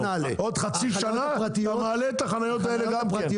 עוד חצי שנה אתה מעלה את החניות האלה גם כן.